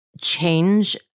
change